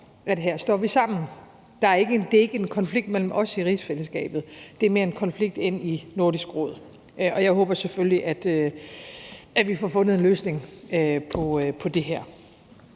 vi her står sammen, og at det ikke er en konflikt mellem os i rigsfællesskabet, men mere en konflikt i Nordisk Råd. Jeg håber selvfølgelig, at vi får fundet en løsning på det her.